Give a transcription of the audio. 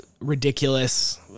Ridiculous